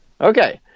Okay